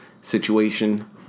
situation